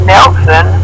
Nelson